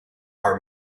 our